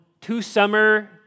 two-summer